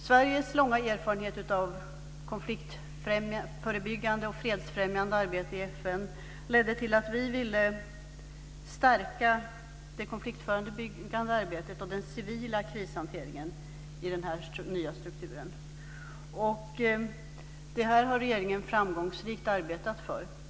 Sveriges långa erfarenhet av konfliktförebyggande och fredsfrämjande arbete i FN ledde till att vi ville stärka det konfliktförebyggande arbetet och den civila krishanteringen i den här nya strukturen. Det här har regeringen framgångsrikt arbetat för.